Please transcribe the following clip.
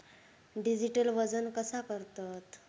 Digital वजन कसा करतत?